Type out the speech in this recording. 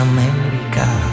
America